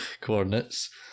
coordinates